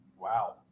Wow